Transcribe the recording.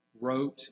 wrote